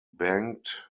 banked